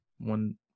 one